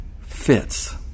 fits